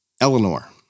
Eleanor